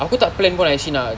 aku tak plan pun actually nak